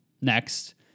Next